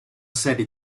serie